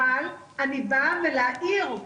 אבל אני באה להאיר.